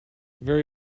very